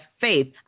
faith